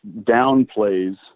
downplays